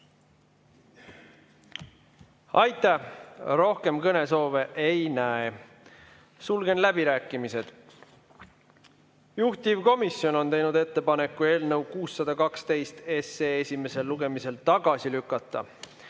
Aitäh! Rohkem kõnesoove ei näe. Sulgen läbirääkimised. Juhtivkomisjon on teinud ettepaneku eelnõu 612 esimesel lugemisel tagasi lükata.